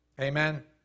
Amen